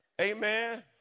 Amen